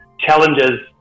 challenges